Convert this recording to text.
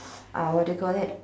uh what did you call that